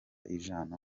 ijana